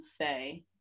say